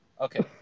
Okay